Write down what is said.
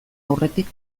aurretik